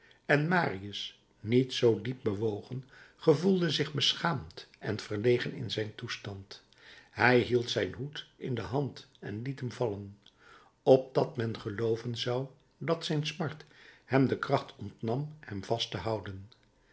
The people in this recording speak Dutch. en marius niet zoo diep bewogen gevoelde zich beschaamd en verlegen in zijn toestand hij hield zijn hoed in de hand en liet hem vallen opdat men gelooven zou dat zijn smart hem de kracht ontnam hem vast te houden